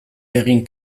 egin